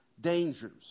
dangers